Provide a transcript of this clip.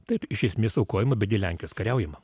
taip iš esmės aukojama bet dėl lenkijos kariaujama